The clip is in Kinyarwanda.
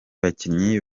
bakinnyi